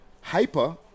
Hyper